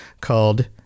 called